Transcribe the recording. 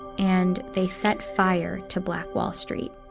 and they set fire to black wall street.